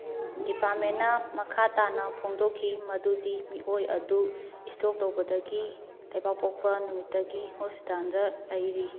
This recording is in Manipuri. ꯗꯤꯄꯥꯔꯃꯦꯟꯅ ꯃꯈꯥ ꯇꯥꯅ ꯐꯣꯡꯗꯣꯛꯈꯤ ꯃꯗꯨꯗꯤ ꯃꯤꯑꯣꯏ ꯑꯗꯨ ꯏꯁꯇꯣꯛ ꯇꯧꯕꯗꯒꯤ ꯂꯩꯕꯥꯛꯄꯣꯛꯄ ꯅꯨꯃꯤꯠꯇꯒꯤ ꯍꯣꯁꯄꯤꯇꯥꯜꯗ ꯂꯩꯔꯤ